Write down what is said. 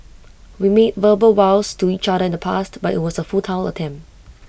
we made verbal vows to each other in the past but IT was A futile attempt